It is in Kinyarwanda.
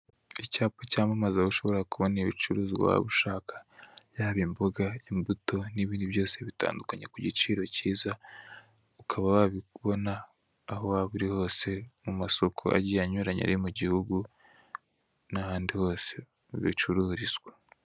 Icyapa cyamamaza aho ushobora kubona ibicuruzwa waba ushaka yaba imboga, imbuto n'ibindi byose bitandukanye ku giciro cyiza, ukaba wabibona aho waba uri hose mu masoko agiye anyuranye ari mu gihugu, n'ahandi hose bicururizwa.